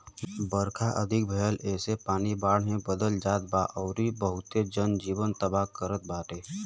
बरखा अधिका भयला से इ पानी बाढ़ में बदल जात बा अउरी बहुते जन जीवन तबाह करत बाटे